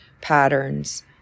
patterns